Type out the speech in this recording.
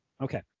Okay